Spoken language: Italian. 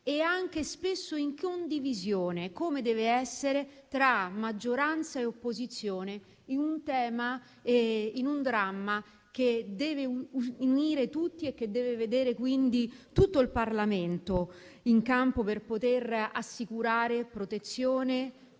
e anche spesso in condivisione, come deve essere, tra maggioranza e opposizione in un dramma che deve unire tutti e che deve vedere quindi tutto il Parlamento in campo per poter assicurare protezione,